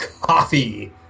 Coffee